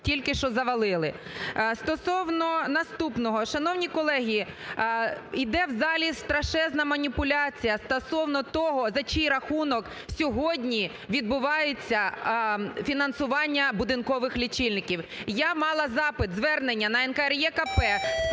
тільки що завалили. Стосовно наступного. Шановні колеги, іде в залі страшезна маніпуляція стосовно того за чий рахунок сьогодні відбувається фінансування будинкових лічильників. Я мала запит-звернення на НКРЕКП